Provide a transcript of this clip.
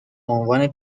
عنوان